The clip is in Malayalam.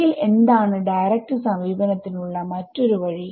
എങ്കിൽ എന്താണ് ഡയറക്റ്റ് സമീപനത്തിനുള്ള മറ്റൊരു വഴി